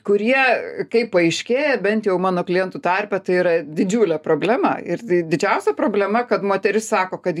kurie kaip paaiškėja bent jau mano klientų tarpe tai yra didžiulė problema ir tai didžiausia problema kad moteris sako kad